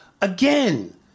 Again